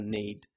need